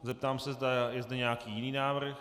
Zeptám se, zda je zde nějaký jiný návrh.